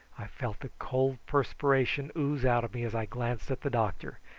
i felt the cold perspiration ooze out of me as i glanced at the doctor.